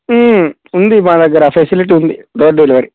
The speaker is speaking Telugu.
ఉంది మా దగ్గర ఆ ఫెసిలిటీ ఉంది డోర్ డెలివరీ